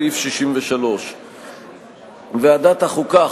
סעיף 63. ועדת החוקה,